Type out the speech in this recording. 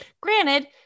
Granted